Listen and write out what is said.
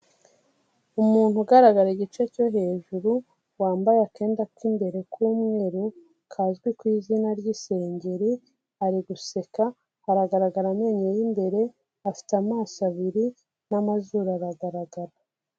Umuntu ugaragara igice cyo hejuru wambaye akenda k'imbere k'umweru kazwi ku izina ry'isengeri, ari guseka, haragaragara amenyo y'imbere afite amaso abiri n'amazuru aragaragara.